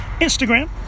Instagram